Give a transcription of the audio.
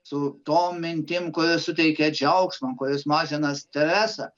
su to mintim kurios suteikia džiaugsmą kurios mažina stresą